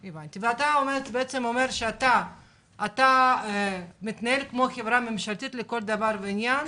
אתה אומר שאתה מתנהל כמו חברה ממשלתית לכל דבר ועניין,